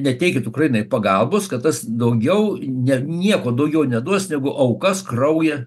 neteikit ukrainai pagalbos kad tas daugiau ne nieko daugiau neduos negu aukas kraują